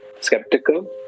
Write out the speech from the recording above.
skeptical